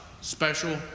special